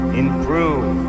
improve